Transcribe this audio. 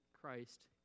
Christ